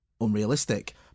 unrealistic